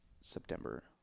September